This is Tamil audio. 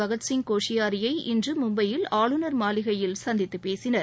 பகத்சிப் கோஷியாரியை இன்று மும்பையில் ஆளுநர் மாளிகையில் சந்தித்து பேசினர்